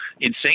insane